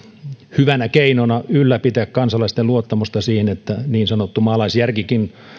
hyvänä keinona ylläpitää kansalaisten luottamusta siihen että niin sanottu maalaisjärkikin